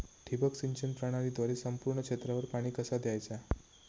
ठिबक सिंचन प्रणालीद्वारे संपूर्ण क्षेत्रावर पाणी कसा दयाचा?